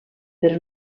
però